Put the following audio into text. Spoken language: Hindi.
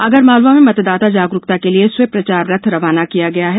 आगरमालवा में मतदाता जागरूकता के लिए स्विप प्रचार रथ रवाना किया गया है